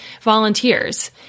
volunteers